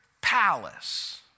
palace